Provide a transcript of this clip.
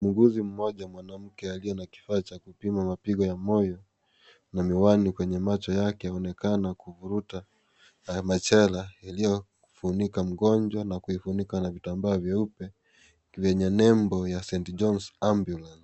Muuguzi mmoja mwanamke aliye na kifaa cha kupima mapigo ya moyo na miwani machoni mwake anaonekana kuvuruta machela iliyofunika mgonjwa na kuifunika na kitambaa cheupe chenye nembo ya St. Johns Ambulance.